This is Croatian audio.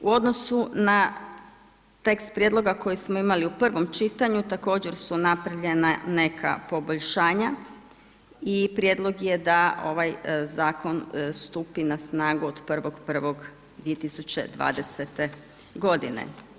U odnosu na tekst prijedloga koji smo imali u prvom čitanju, također napravljena neka poboljšanja i prijedlog je da ovaj zakon stupi na snagu od 1.1.2020. godine.